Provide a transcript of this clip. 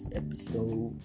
episode